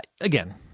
Again